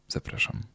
Zapraszam